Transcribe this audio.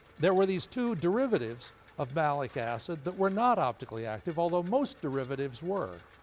there were these two derivatives of malic acid that were not optically active, although most derivatives were.